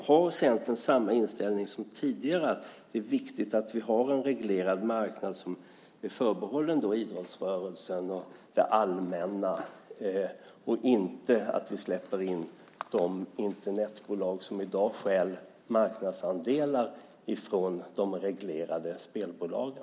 Har Centern samma inställning som tidigare, att det är viktigt att vi har en reglerad marknad som är förbehållen idrottsrörelsen och det allmänna och inte släpper in de Internetbolag som i dag stjäl marknadsandelar från de reglerade spelbolagen?